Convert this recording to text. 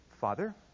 Father